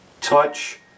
touch